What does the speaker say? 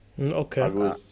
okay